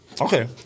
Okay